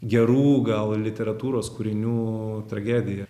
gerų gal literatūros kūrinių tragedija